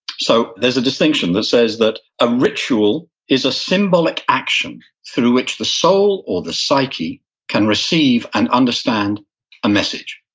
so there's a distinction that says that a ritual is a symbolic action through which the soul or the psyche can receive and understand a message.